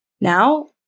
Now